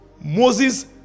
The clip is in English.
Moses